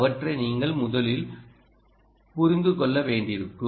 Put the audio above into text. அவற்றை நீங்கள் முதலில் புரிந்து கொள்ள வேண்டியிருக்கும்